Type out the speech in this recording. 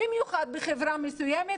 במיוחד בחברה מסוימת,